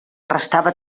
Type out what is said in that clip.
restava